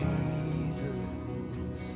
Jesus